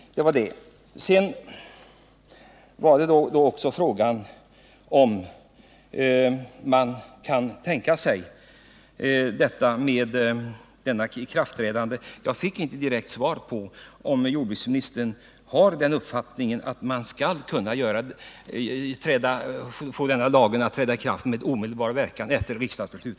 Sedan frågade jag också om man kan tänka sig ikraftträdande vid den tidpunkt jag berörde. Jag fick inte direkt svar på frågan om jordbruksministern har uppfattningen att det kan bli möjligt att låta denna lag träda i kraft med omedelbar verkan efter riksdagsbeslut.